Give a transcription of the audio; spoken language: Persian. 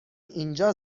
اینجا